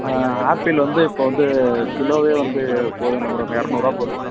apple வந்து இப்போது வந்து கிலோவே வந்து போகுதுங்ளே மேடம் இரநூறுவா போகுது மேடம்